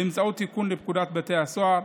באמצעות תיקון לפקודת בתי הסוהר.